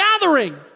gathering